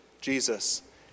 Jesus